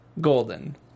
Golden